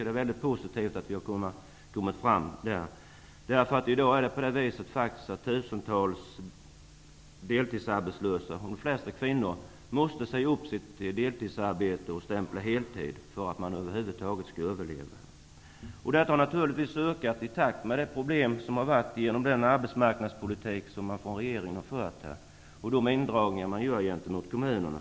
Det är positivt att vi har enats om att förändra 150 dagarsregeln. I dag måste tusentals deltidsarbetslösa -- de flesta är kvinnor -- säga upp sitt deltidsarbete och stämpla på heltid för att de över huvud taget skall kunna överleva. Detta har naturligtvis ökat i takt med de problem som har uppstått genom den arbetsmarknadspolitik som regeringen har fört och genom de indragningar som har gjorts för kommunerna.